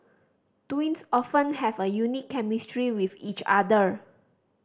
twins often have a unique chemistry with each other